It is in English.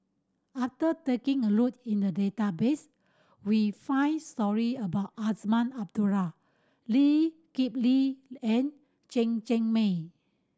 after taking a look at the database we find stories about Azman Abdullah Lee Kip Lee and Chen Cheng Mei